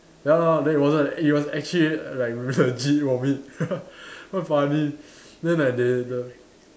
ya lah then it was like it was actually like legit vomit quite funny then like they the